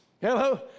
Hello